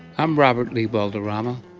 i'm probably valderrama.